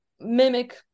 mimic